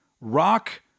rock